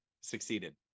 succeeded